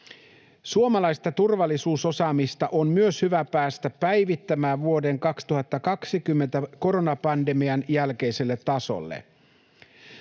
Suomalaista turvallisuusosaamista on myös hyvä päästä päivittämään vuoden 2020 koronapandemian jälkeiselle tasolle.